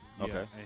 okay